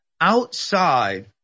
outside